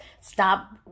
stop